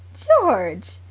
george.